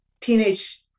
teenage